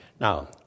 Now